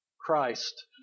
Christ